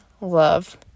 love